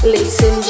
Listen